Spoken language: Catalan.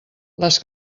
les